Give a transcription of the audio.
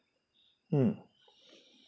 mm